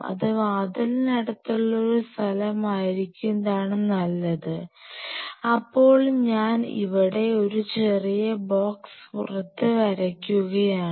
അത് വാതിലിനടുത്തുള്ള ഒരു സ്ഥലം ആയിരിക്കുന്നതാണ് നല്ലത് അപ്പോൾ ഞാൻ ഇവിടെ ഒരു ചെറിയ ബോക്സ് പുറത്ത് വരയ്ക്കുകയാണ്